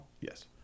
Yes